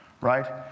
right